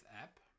app